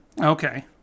Okay